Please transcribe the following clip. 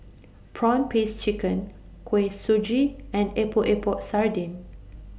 Prawn Paste Chicken Kuih Suji and Epok Epok Sardin